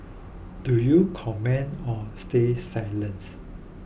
do you comment or stay silent